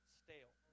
stale